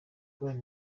polly